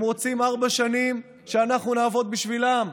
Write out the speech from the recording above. רוצים שארבע שנים אנחנו נעבוד בשבילם,